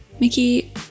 Mickey